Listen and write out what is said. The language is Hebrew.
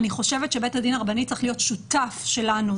אני חושבת שבית הדין הרבני צריך להיות שותף שלנו.